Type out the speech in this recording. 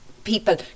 people